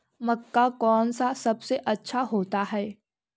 मक्का कौन सा सबसे अच्छा होता है?